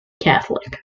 catholic